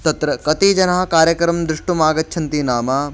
तत्र कति जनाः कार्यक्रमं दृष्टुम् आगच्छन्ति नाम